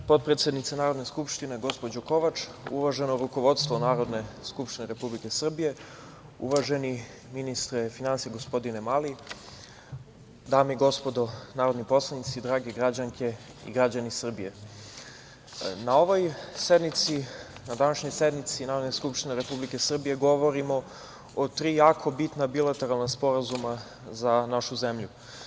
Uvažena potpredsednice Narodne skupštine, gospođo Kovač, uvaženo rukovodstvo Narodne skupštine Republike Srbije, uvaženi ministre finansija, gospodine Mali, dame i gospodo narodni poslanici, drage građanke i dragi građani Srbije, na današnjoj sednici Narodne skupštine Republike Srbije, govorimo o tri jako bitna bilateralna sporazuma za našu zemlju.